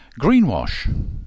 Greenwash